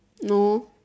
no